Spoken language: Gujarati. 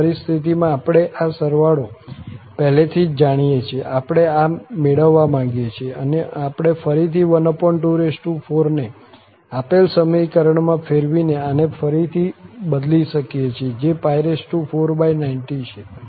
આ પરિસ્થિતિમાં આપણે આ સરવાળો પહેલેથી જ જાણીએ છીએ આપણે આ મેળવવા માંગીએ છીએ અને આપણે ફરીથી 124 ને આપેલ સમીકરણમાં ફેરવીને આને ફરીથી બદલી શકીએ છીએ જે 490 છે